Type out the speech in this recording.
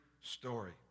story